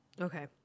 Okay